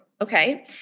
Okay